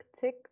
tick